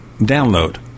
download